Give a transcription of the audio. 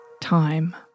time